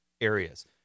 areas